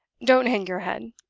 don't hang your head.